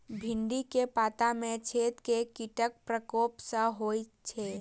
भिन्डी केँ पत्ता मे छेद केँ कीटक प्रकोप सऽ होइ छै?